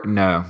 no